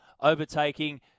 overtaking